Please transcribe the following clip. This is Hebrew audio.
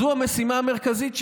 זו המשימה המרכזית שלי.